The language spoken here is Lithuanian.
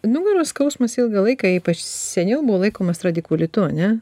nugaros skausmas ilgą laiką ypač seniau buvo laikomas radikulitu ane